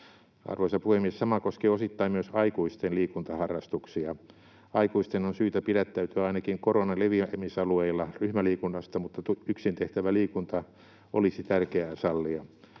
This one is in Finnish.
Arvoisa puhemies! Sama koskee osittain myös aikuisten liikuntaharrastuksia. Aikuisten on syytä pidättäytyä ainakin koronan leviämisalueilla ryhmäliikunnasta, mutta yksin tehtävä liikunta olisi tärkeää sallia.